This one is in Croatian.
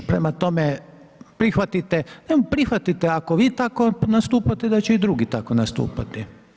Prema tome, prihvatite, prihvatite ako vi tako nastupate da će i drugi tako nastupati.